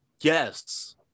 Yes